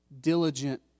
diligent